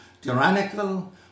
tyrannical